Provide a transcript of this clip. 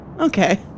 Okay